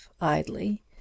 idly